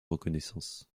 reconnaissance